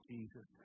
Jesus